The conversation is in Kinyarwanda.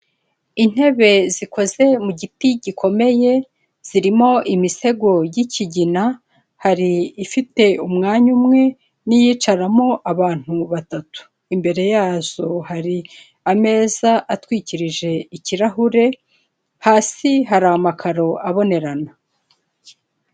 Intebe zikoze mu giti gikomeye zirimo imisego y'ikigina hari ifite umwanya umwe niyicaramo abantu batatu imbere yazo hari ameza atwikirije ikirahure hasi hari amakaro abonerana.